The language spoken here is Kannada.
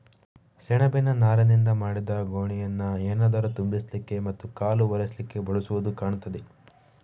ಸೆಣಬಿನ ನಾರಿನಿಂದ ಮಾಡಿದ ಗೋಣಿಯನ್ನ ಏನಾದ್ರೂ ತುಂಬಿಸ್ಲಿಕ್ಕೆ ಮತ್ತೆ ಕಾಲು ಒರೆಸ್ಲಿಕ್ಕೆ ಬಳಸುದು ಕಾಣ್ತದೆ